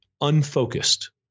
Unfocused